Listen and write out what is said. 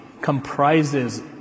comprises